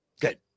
Good